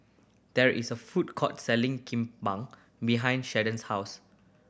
there is a food court selling Kimbap behind Sheldon's house